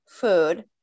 food